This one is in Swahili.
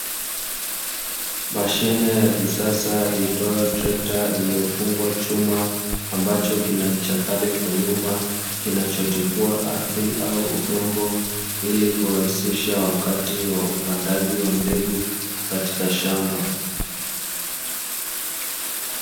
Mashine ya kisasa iitwayo trekta iliyofungwa chuma ambacho kina ncha kali kwa nyuma, kinachotifua ardhi au udongo ili kurahisisha wakati wa upandaji wa mbegu katika shamba.